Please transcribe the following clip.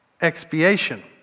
expiation